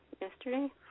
yesterday